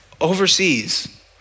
overseas